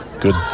Good